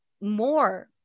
more